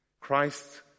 Christ